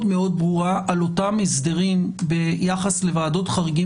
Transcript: מאוד ברורה על אותם הסדרים ביחס לוועדות חריגים